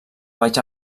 baix